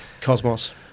cosmos